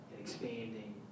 expanding